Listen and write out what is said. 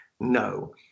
No